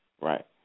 right